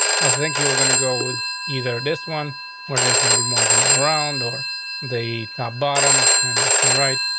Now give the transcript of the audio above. i think you're going to go with either this one where there's gonna be marching around or the top bottom and left and right.